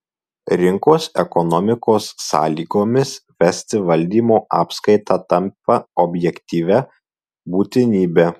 rinkos ekonomikos sąlygomis vesti valdymo apskaitą tampa objektyvia būtinybe